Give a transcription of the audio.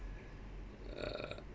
uh